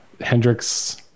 Hendrix